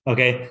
Okay